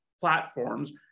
platforms